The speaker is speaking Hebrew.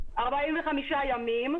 45 ימים,